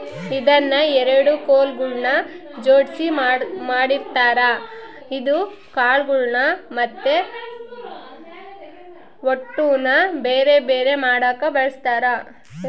ಇದನ್ನ ಎರಡು ಕೊಲುಗಳ್ನ ಜೊಡ್ಸಿ ಮಾಡಿರ್ತಾರ ಇದು ಕಾಳುಗಳ್ನ ಮತ್ತೆ ಹೊಟ್ಟುನ ಬೆರೆ ಬೆರೆ ಮಾಡಕ ಬಳಸ್ತಾರ